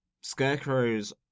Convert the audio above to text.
Scarecrow's